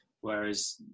Whereas